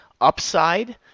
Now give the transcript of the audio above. upside